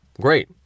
great